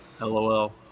LOL